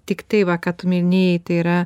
tiktai va ką tu minėjai tai yra